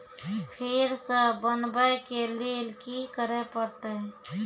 फेर सॅ बनबै के लेल की करे परतै?